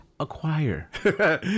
Acquire